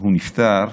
שהוא נפטר,